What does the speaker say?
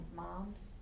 moms